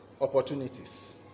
opportunities